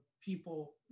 people